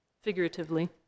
figuratively